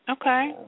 Okay